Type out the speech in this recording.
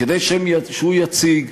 כדי שהוא יציג,